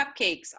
cupcakes